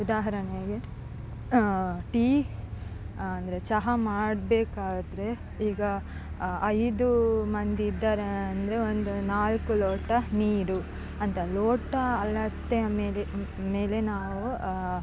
ಉದಾಹರಣೆಗೆ ಟೀ ಅಂದರೆ ಚಹಾ ಮಾಡಬೇಕಾದ್ರೆ ಈಗ ಐದು ಮಂದಿ ಇದ್ದಾರಂದ್ರೆ ಒಂದು ನಾಲ್ಕು ಲೋಟ ನೀರು ಅಂತ ಲೋಟ ಅಳತೆಯ ಮೇಲೆ ಮೇಲೆ ನಾವು